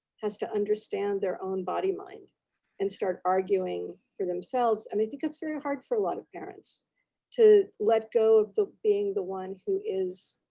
has to understand their own body mind and start arguing for themselves. and i mean think it's very hard for a lot of parents to let go of the being the one who is